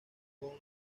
hunt